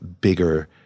bigger